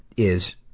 is,